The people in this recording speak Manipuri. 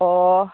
ꯑꯣ